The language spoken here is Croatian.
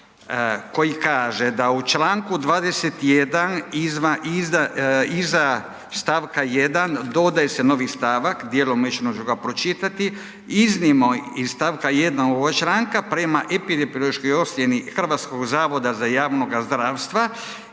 koji kaže da u čl. 21. iza stavka 1. dodaje se novi stavak, djelomično ću ga pročitati, iznimno iz stavka 1. ovog članka prema epidemiološkoj ocjeni HZJZ-a ili itd., itd., amandman